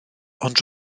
ond